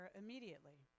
immediately